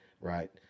right